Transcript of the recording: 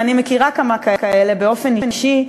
ואני מכירה כמה כאלה באופן אישי,